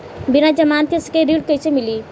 बिना जमानत के ऋण कैसे मिली?